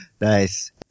Nice